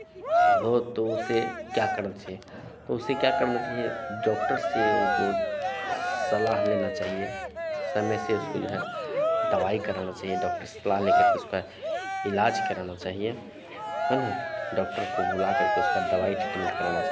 हो तो उसे क्या करना चाहिए तो उसे क्या करना चाहिए डॉक्टर से उनको सलाह लेना चाहिए समय से उसको जो है दवाई कराना चाहिए डॉक्टर से सलाह लेकर के उसका इलाज़ कराना चाहिए है ना डॉक्टर को बुला करके उसका दवाई ट्रीटमेंट कराना चाहिए